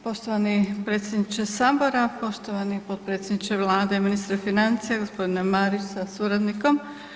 Poštovani predsjedniče sabora, poštovani potpredsjedniče vlade ministre financije g. Marić sa suradnikom